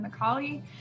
McCauley